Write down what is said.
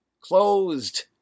closed